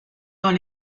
dans